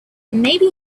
maybe